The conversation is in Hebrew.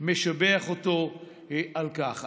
משבח אותו על כך.